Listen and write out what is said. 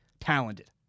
talented